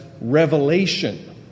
revelation